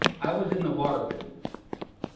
i was in the water business.